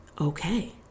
okay